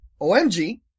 OMG